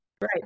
Right